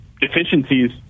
deficiencies